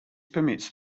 permits